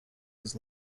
his